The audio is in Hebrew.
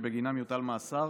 שבגינם יוטל מאסר